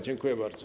Dziękuję bardzo.